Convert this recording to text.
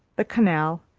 the canal,